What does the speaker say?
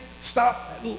stop